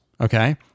okay